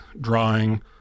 drawing